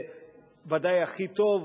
וזה ודאי הכי טוב,